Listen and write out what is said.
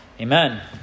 amen